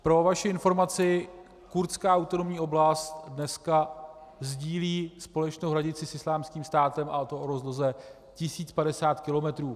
Pro vaši informaci: Kurdská autonomní oblast dneska sdílí společnou hranici s Islámským státem, a to o rozloze 1 050 km.